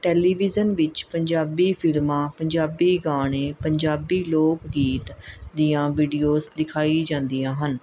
television ਵਿੱਚ ਪੰਜਾਬੀ ਫਿਲਮਾਂ ਪੰਜਾਬੀ ਗਾਣੇ ਪੰਜਾਬੀ ਲੋਕ ਗੀਤ ਦੀਆਂ ਵੀਡੀਓਜ਼ ਦਿਖਾਈ ਜਾਂਦੀਆਂ ਹਨ